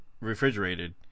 refrigerated